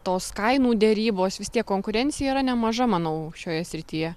tos kainų derybos vis tiek konkurencija yra nemaža manau šioje srityje